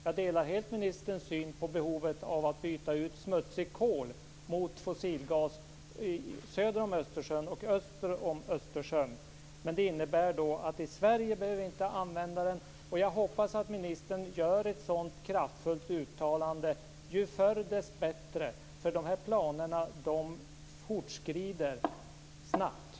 Jag delar helt ministerns syn på behovet av att byta ut smutsig kol mot fossilgas söder om Östersjön och öster om Östersjön. Men det innebär att vi inte behöver använda den i Sverige. Jag hoppas att ministern gör ett kraftfullt uttalande om detta, ju förr dess bättre. Dessa planer fortskrider snabbt.